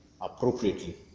appropriately